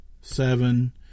seven